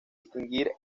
distinguir